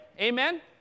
Amen